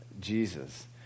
Jesus